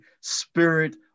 Spirit